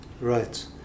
Right